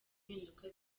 impinduka